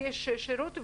לתת שירות,